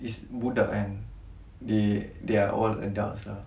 it's budak kan they they are all adults ah